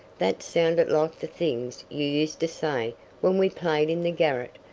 that sounded like the things you used to say when we played in the garret.